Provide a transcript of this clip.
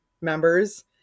members